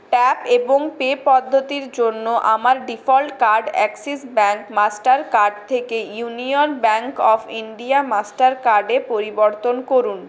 tap এবং pay পদ্ধতির জন্য আমার default card Axis bank Mastercard থেকে Union Bank of India master কার্ডে পরিবর্তন করুন